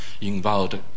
involved